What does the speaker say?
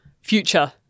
future